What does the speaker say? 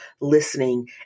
listening